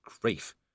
grief